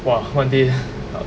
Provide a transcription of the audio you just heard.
!wah! one day err